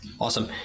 Awesome